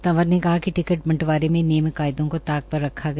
तंवर ने कहा कि टिकट बंटवारे में नियम कायदों को ताक पर रखा गया